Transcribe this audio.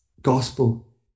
gospel